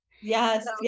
yes